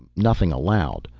nothing aloud.